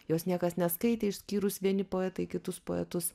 jos niekas neskaitė išskyrus vieni poetai kitus poetus